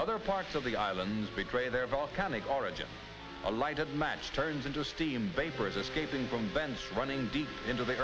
other parts of the island betray their volcanic origin a lighted match turns into steam vapors escaping from vents running deep into the